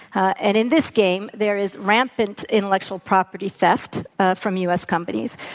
and in this game, there is rampant intellectual property theft ah from u. s. companies.